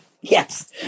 Yes